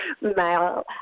male